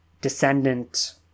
descendant